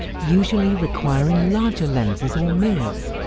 usually requiring larger lenses or mirrors.